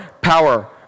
power